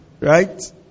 Right